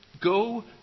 Go